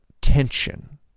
tension